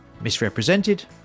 misrepresented